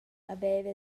haveva